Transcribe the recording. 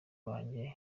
wanjye